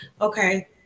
okay